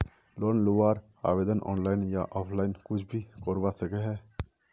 Loan लुबार आवेदन online या ऑफलाइन कुछ भी करवा सकोहो ही?